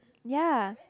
ya